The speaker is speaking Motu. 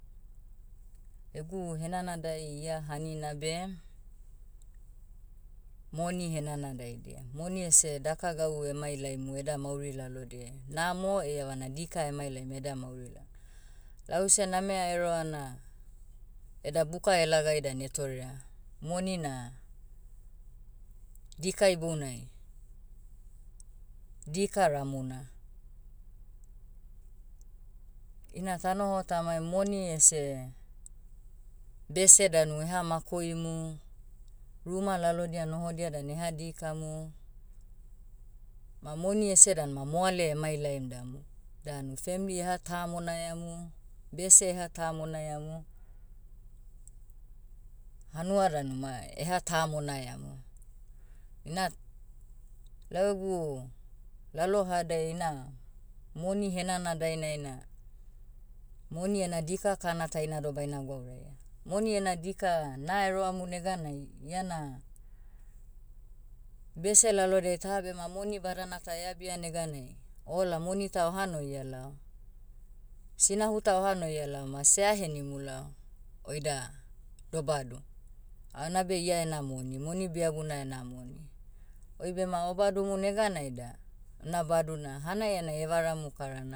Egu henanadai ia hanina beh, moni henanadaidia. Moni ese dakagau emailaimu eda mauri lalodiai. Namo eiavana dika emailaim eda mauri lao. Lause namea eroa na, eda buka elagai dan etorea. Moni na, dika ibounai, dika ramuna. Ina tanoho tamaim moni ese, bese danu eha makoimu, ruma lalodia nohodia dan eha dikamu, ma moni ese dan ma moale emailaim damu- danu femli eha tamonaiamu, bese eha tamonaiamu, hanua danu ma eha tamonaiamu. Ina, lau egu, lalohadai ina, moni henanadainai na, moni ena dika kana taina doh baina gwauraia. Moni ena dika, naeroamu neganai, iana, bese lalodei ta bema moni badana ta eabia neganai, ola moni ta oha noia lao, sinahu ta oha noia lao ma sea henimu lao, oida, dobadu. Ah una beh ia ena moni. Moni biaguna ena moni. Oi bema obadumu neganai da, na badu na hanaianai evaramu karana